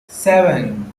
seven